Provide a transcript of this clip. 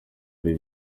ari